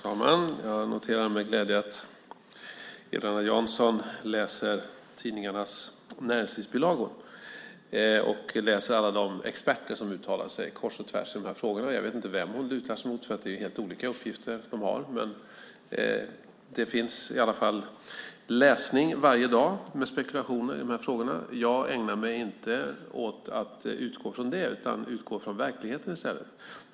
Fru talman! Jag noterar med glädje att Eva-Lena Jansson läser tidningarnas näringslivsbilagor och läser alla de experter som uttalar sig kors och tvärs i de här frågorna. Jag vet inte vem hon lutar sig mot, för de har helt olika uppgifter. Det finns i alla fall läsning varje dag, med spekulationer i de här frågorna. Jag ägnar mig inte åt att utgå från det, utan jag utgår från verkligheten i stället.